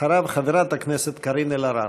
אחריו, חברת הכנסת קארין אלהרר.